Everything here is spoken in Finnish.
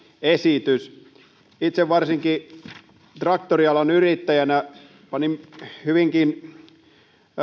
esitys varsinkin itse traktorialan yrittäjänä panin hyvinkin